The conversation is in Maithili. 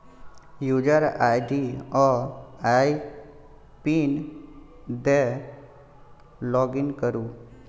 युजर आइ.डी आ आइ पिन दए लागिन करु